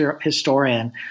historian